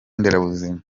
nderabuzima